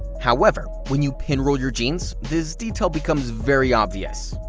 however, when you pinroll your jeans, this detail becomes very obvious.